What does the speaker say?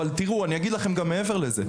אני אגיד לכם גם מעבר לזה,